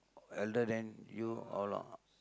elder than you or not